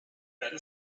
better